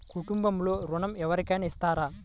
కుటుంబంలో ఋణం ఎవరికైనా ఇస్తారా?